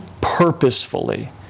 purposefully